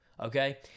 okay